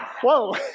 Whoa